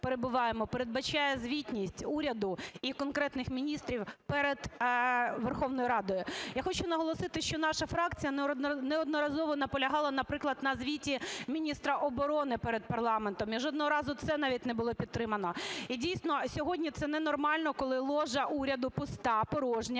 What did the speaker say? передбачає звітність уряду і конкретних міністрів перед Верховною Радою. Я хочу наголосити, що наша фракція неодноразово наполягала, наприклад, на звіті міністра оборони перед парламентом, і жодного разу це навіть не було підтримано. І, дійсно, сьогодні це ненормально, коли ложа уряду пуста, порожня,